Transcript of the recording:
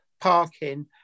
parking